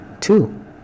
two